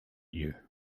you